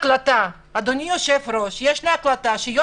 אדוני היושב-ראש, יש לי הקלטה בה